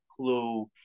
Clue